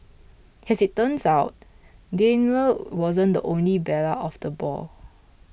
as it turns out Daimler wasn't the only belle of the ball